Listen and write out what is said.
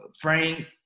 Frank